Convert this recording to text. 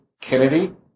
Kennedy